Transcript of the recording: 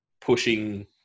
pushing